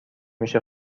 میشه